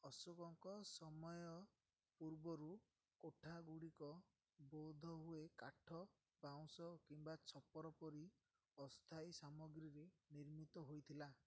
ଅଶୋକଙ୍କ ସମୟ ପୂର୍ବରୁ କୋଠାଗୁଡ଼ିକ ବୋଧ ହୁଏ କାଠ ବାଉଁଶ କିମ୍ବା ଛପର ପରି ଅସ୍ଥାୟୀ ସାମଗ୍ରୀରେ ନିର୍ମିତ ହୋଇଥିଲା